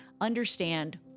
understand